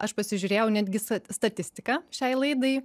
aš pasižiūrėjau netgi sa statistiką šiai laidai